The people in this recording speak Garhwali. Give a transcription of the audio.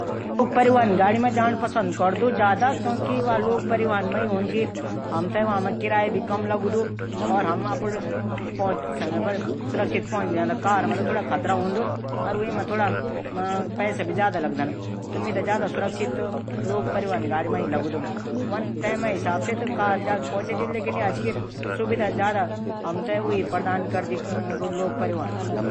मेथे टहडण पंसद करदू। वां से स्वास्थ्य भी ठिक रैंदू। और सांस भी नी फुल्दु।